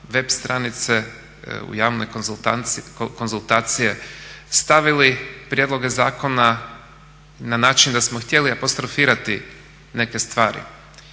web stranice u javne konzultacije stavili prijedloge zakone na način da smo htjeli apostrofirati neke stvari.